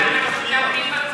אבל בפועל זה הפוך.